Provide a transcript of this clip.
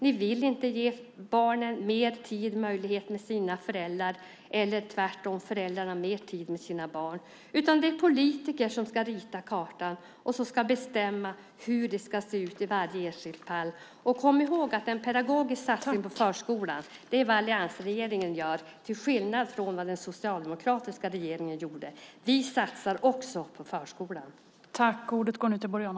Ni vill inte ge barnen mer tid med sina föräldrar eller, tvärtom, föräldrarna mer tid med sina barn. Det är politiker som ska rita kartan och som ska bestämma hur det ska se ut i varje enskilt fall. Kom ihåg att en pedagogisk satsning på förskolan är vad alliansregeringen gör, till skillnad från vad den socialdemokratiska regeringen gjorde. Vi satsar också på förskolan.